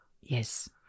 Yes